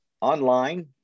Online